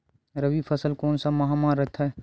रबी फसल कोन सा माह म रथे?